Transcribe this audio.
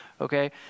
okay